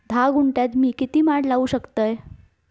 धा गुंठयात मी किती माड लावू शकतय?